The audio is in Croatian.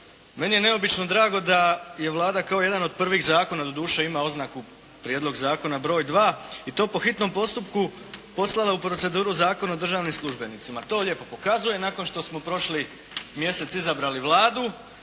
Meni je neobično drago da je Vlada kao jedan od prvih zakona, doduše ima oznaku prijedlog zakona br. 2. i to po hitnom postupku poslala u proceduru Zakon o državnim službenicima. To lijepo pokazuje nakon što smo prošli mjeseci izabrali Vladu,